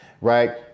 right